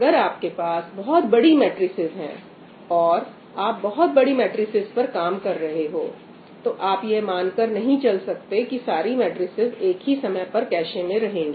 अगर आपके पास बहुत बड़ी मैट्रिसेज है और आप बहुत बड़ी मैट्रिसेज पर काम कर रहे हैं तो आप यह मानकर नहीं चल सकते कि सारी मैट्रिसेज एक ही समय पर कैशे में रहेंगी